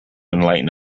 enlighten